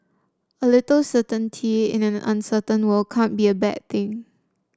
a little certainty in an uncertain world cannot be a bad thing